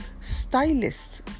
stylists